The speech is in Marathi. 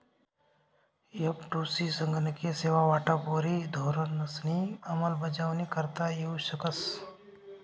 एफ.टु.सी संगणकीय सेवा वाटपवरी धोरणंसनी अंमलबजावणी करता येऊ शकस